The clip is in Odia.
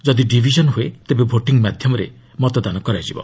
ଯଦି ଡିଭିଜନ୍ ହୁଏ ତେବେ ଭୋଟିଂ ମାଧ୍ୟମରେ ମତଦାନ କରାଯିବ